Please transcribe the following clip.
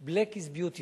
black is beautiful .